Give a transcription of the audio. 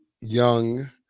young